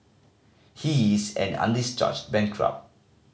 he is an undischarged bankrupt